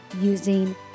using